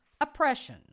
oppression